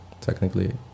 Technically